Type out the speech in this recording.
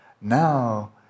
now